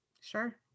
Sure